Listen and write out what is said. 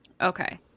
Okay